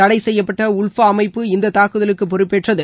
தடைசெய்யப்பட்ட உள்ஃபா அமைப்பு இந்த தாக்குதலுக்கு பொறுப்பேற்றது